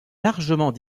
largement